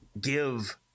give